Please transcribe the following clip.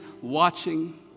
watching